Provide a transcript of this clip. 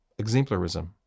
exemplarism